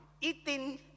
eating